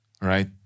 right